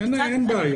אין בעיה.